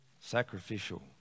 sacrificial